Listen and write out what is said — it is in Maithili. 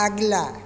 अगिला